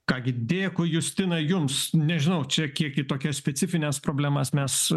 ką gi dėkui justina jums nežinau čia kiek kitokias specifines problemas mes